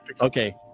Okay